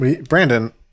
brandon